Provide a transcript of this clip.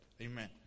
Amen